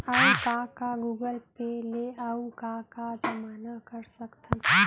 अऊ का का गूगल पे ले अऊ का का जामा कर सकथन?